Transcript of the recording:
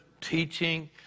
teaching